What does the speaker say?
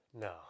No